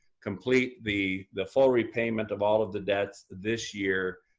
complete the the full repayment of all of the debts this year